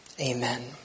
Amen